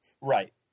Right